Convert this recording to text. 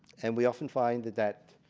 and we often find that that